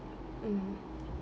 mmhmm